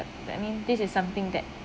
that means this is something that